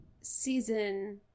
season